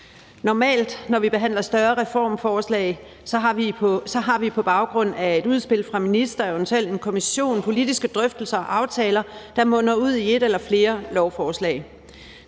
Normalt, når vi behandler større reformforslag, har vi på baggrund af et udspil fra ministeren og eventuelt en kommission politiske drøftelser og aftaler, der munder ud i et eller flere lovforslag.